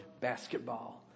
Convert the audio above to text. basketball